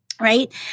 Right